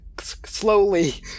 slowly